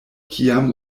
kiam